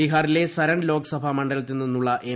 ബീഹാറിലെ സരൺ ലോക്സഭാ മണ്ഡലത്തിൽ നിന്നുള്ള എം